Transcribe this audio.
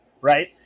Right